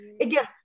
again